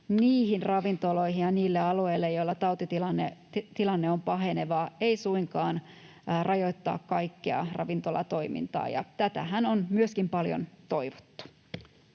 niihin ravintoloihin ja niille alueille, joilla tautitilanne on paheneva, emme suinkaan rajoittaa kaikkea ravintolatoimintaa, ja tätähän on myöskin paljon toivottu.